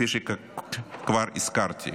כפי שכבר הזכרתי.